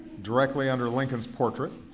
directly under lincoln's portrait.